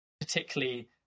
particularly